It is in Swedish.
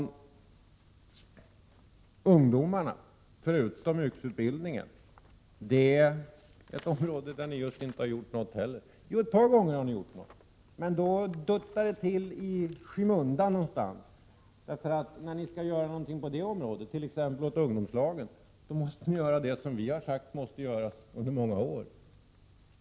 När det gäller ungdomarna, förutom yrkesutbildningen, har ni inte heller gjort just någonting. Jo, ett par gånger har ni gjort något, men då ”duttades det till” i skymundan någonstans, för när ni skall göra något på det området —t.ex. åt ungdomslagen — måste ni göra det som vi under många år har sagt måste göras.